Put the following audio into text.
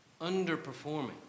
underperforming